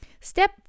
Step